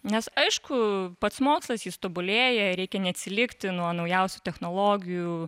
nes aišku pats mokslas jis tobulėja reikia neatsilikti nuo naujausių technologijų